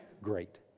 great